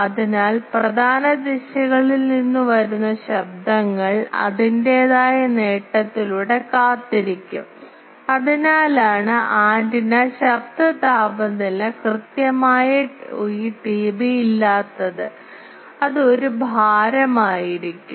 അതിനാൽ പ്രധാന ദിശകളിൽ നിന്ന് വരുന്ന ശബ്ദങ്ങൾ അതിന്റേതായ നേട്ടത്തിലൂടെ കാത്തിരിക്കും അതിനാലാണ് ആന്റിന ശബ്ദ താപനില കൃത്യമായി ഈ ടിബി അല്ലാത്തത് അത് ഒരു ഭാരം ആയിരിക്കും